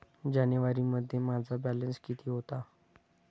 जानेवारीमध्ये माझा बॅलन्स किती होता?